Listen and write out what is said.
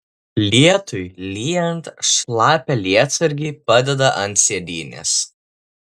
lietui lyjant šlapią lietsargį padeda ant sėdynės